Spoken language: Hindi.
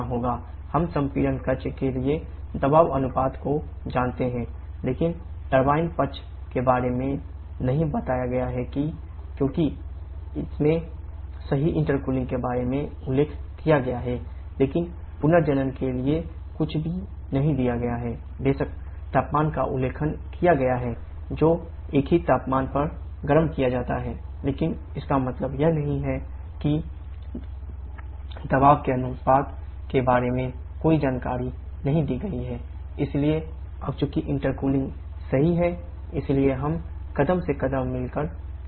हम संपीड़न पक्ष सही है इसलिए हम कदम से कदम मिलाकर चल सकते हैं